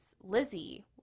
Lizzie